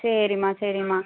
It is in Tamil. சரிம்மா சரிம்மா